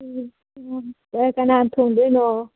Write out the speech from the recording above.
ꯎꯝ ꯀꯅꯥꯅ ꯊꯣꯡꯗꯣꯏꯅꯣ